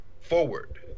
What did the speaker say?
forward